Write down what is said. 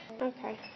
Okay